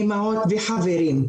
אימהות וחברים?